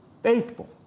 faithful